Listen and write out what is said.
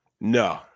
No